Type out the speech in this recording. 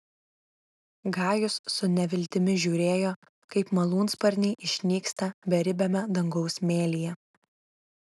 gajus su neviltimi žiūrėjo kaip malūnsparniai išnyksta beribiame dangaus mėlyje